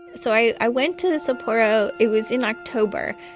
so i went to sapporo. it was in october.